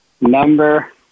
Number